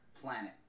planet